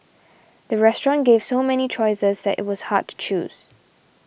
the restaurant gave so many choices that it was hard to choose